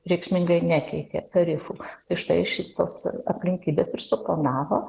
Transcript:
reikšmingai nekeitė tarifų ir štai šitos aplinkybės ir suponavo